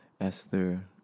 Esther